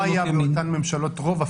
לא היה לאותן ממשלות רוב.